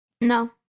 No